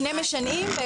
שני משנעים,